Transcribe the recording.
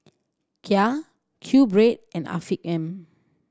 Kia QBread and Afiq M